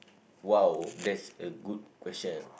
!wow! that's a good question